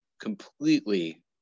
completely